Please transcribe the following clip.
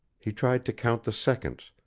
he tried to count the seconds,